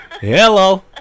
Hello